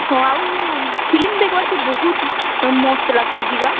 ହଁ ଆଉ ଫିଲ୍ମ ଦେଖବାର୍କେ ବହୁତ୍ ମସ୍ତ୍ ଲାଗ୍ସିବି ଗା